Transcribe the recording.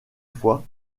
fois